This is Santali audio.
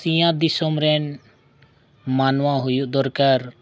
ᱥᱤᱧ ᱚᱛ ᱫᱤᱥᱚᱢ ᱨᱮᱱ ᱢᱟᱱᱣᱟ ᱦᱩᱭᱩᱜ ᱫᱚᱨᱠᱟᱨ